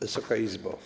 Wysoka Izbo!